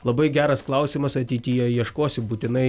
labai geras klausimas ateityje ieškosiu būtinai